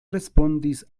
respondis